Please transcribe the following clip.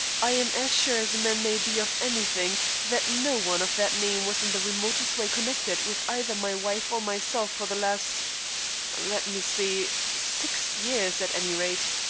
i am as sure as a man may be of anything that no one of that name was in the remotest way connected with either my wife or myself for the last let me see six years, at any rate.